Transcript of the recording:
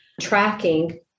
tracking